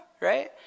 Right